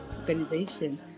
organization